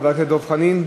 חבר הכנסת דב חנין,